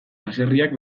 baserriak